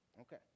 Okay